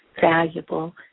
valuable